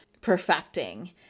perfecting